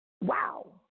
wow